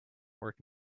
work